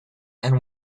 and